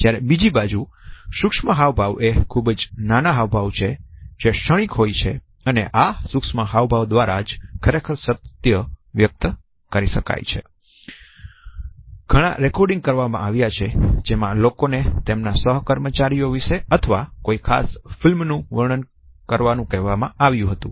જ્યારે બીજી બાજુ સૂક્ષ્મ હાવભાવ એ ખુબ જ નાના હાવભાવ છે જે ક્ષણિક હોય છે અને આ સુક્ષ્મ હાવભાવ દ્વારા જ ખરેખર સત્ય વ્યક્ત કરી શકાય છેઘણા રેકોર્ડિંગ કરવામાં આવ્યા છે જેમાં લોકોને તેમના સહકર્મચારીઓ વિશે અથવા કોઈ ખાસ ફિલ્મ નું વર્ણન કરવાનું કહેવામાં આવ્યું હતું